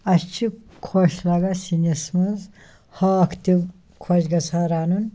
اَسہِ چھِ خۄش لَگان سِنِس منٛز ہاکھ تہِ خۄش گژھان رَنُن